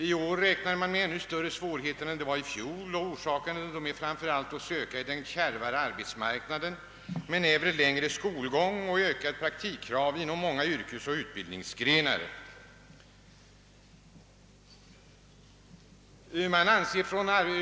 I år räknar man med ännu större svårigheter än i fjol. Orsakerna är framför allt att söka i att arbetsmarknadsläget är kärvare, men även längre skolgång och ökade praktikkrav inom många yrkesoch utbildningsgrenar inverkar.